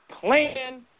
plan